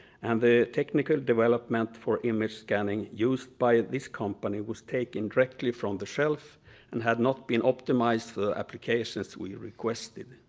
and the technical development for image scanning used by this company was taken directly from the shelf and had not been optimized for applications we requested.